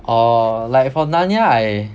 orh like for Narnia I